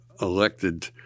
elected